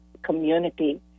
community